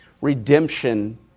redemption